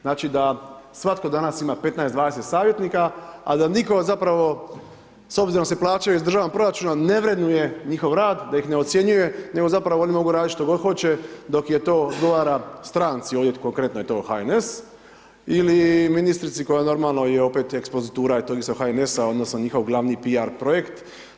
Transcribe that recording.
Znači da svatko danas ima 15, 20 savjetnika ali da nitko zapravo s obzirom da se plaćaju iz državnog proračuna ne vrednuje njihov rad, da ih ne ocjenjuje, nego zapravo oni mogu raditi što god hoće, dok je to odgovara stranci, ovdje konkretno je to HNS ili ministrici, koja normalno je opet ekspozitura tog istog HNS-a odnosno njihov glavni PR projekt.